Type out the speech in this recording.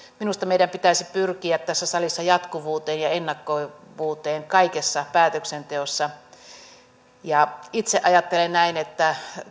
minusta meidän pitäisi pyrkiä tässä salissa jatkuvuuteen ja ja ennakoitavuuteen kaikessa päätöksenteossa itse ajattelen näin että